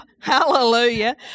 Hallelujah